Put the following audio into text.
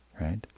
right